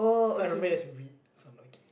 so I remember you have to read